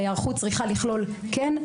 ההיערכות צריכה לכלול כן,